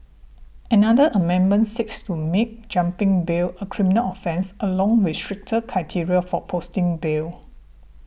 another amendment seeks to make jumping bail a criminal offence along with stricter criteria for posting bail